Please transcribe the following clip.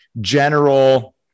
general